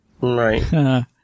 Right